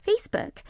Facebook